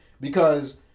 because-